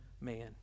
man